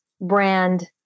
brand